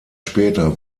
später